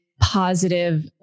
positive